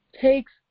takes